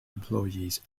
employees